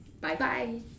Bye-bye